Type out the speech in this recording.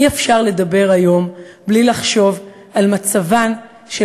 אי-אפשר לדבר היום בלי לחשוב על מצבן של